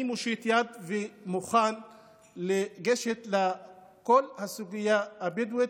אני מושיט יד ומוכן לגשת לכל הסוגיה הבדואית,